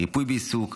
ריפוי בעיסוק,